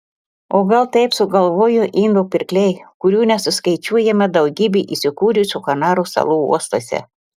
o gal taip sugalvojo indų pirkliai kurių nesuskaičiuojama daugybė įsikūrusi kanarų salų uostuose